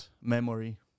memory